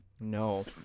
No